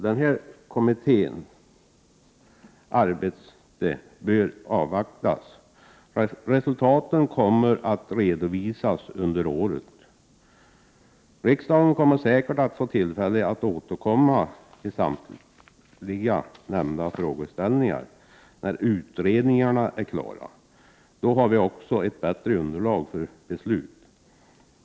Denna kommittés arbete bör avvaktas. Resultaten kommer att redovisas under året. Riksdagen får säkert tillfälle att återkomma till samtliga nämnda frågeställningar när utredningarna är klara. Då har vi också ett bättre beslutsunderlag.